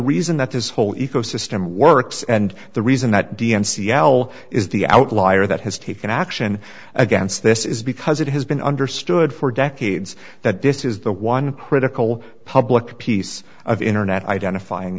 reason that this whole ecosystem works and the reason that d n c al is the outlier that has taken action against this is because it has been understood for decades that this is the one critical public piece of internet identifying